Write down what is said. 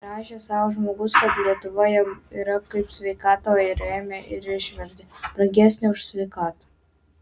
rašė sau žmogus kad lietuva jam yra kaip sveikata o ėmė ir išvertė brangesnė už sveikatą